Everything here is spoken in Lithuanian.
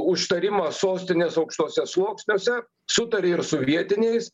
užtarimą sostinės aukštuose sluoksniuose sutari ir su vietiniais